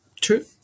True